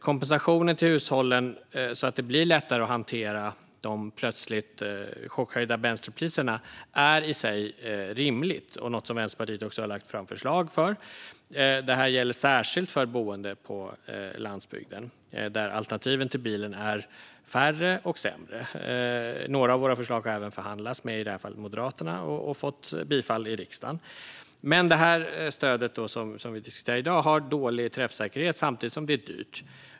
Kompensation till hushållen så att det blir lättare att hantera de plötsligt chockhöjda bränslepriserna är i sig rimligt och något som Vänsterpartiet också har lagt fram förslag om. Det här gäller särskilt för boende på landsbygden, där alternativen till bilen är färre och sämre. Några av våra förslag har även förhandlats om, med i det här fallet Moderaterna, och fått bifall i riksdagen. Men det stöd som vi diskuterar i dag har dålig träffsäkerhet samtidigt som det är dyrt.